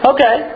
Okay